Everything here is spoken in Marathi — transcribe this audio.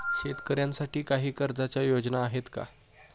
शेतकऱ्यांसाठी काही कर्जाच्या योजना आहेत का?